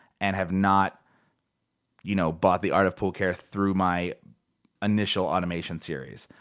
and have not you know bought the art of pool care through my initial automation series.